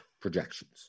projections